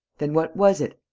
then what was it?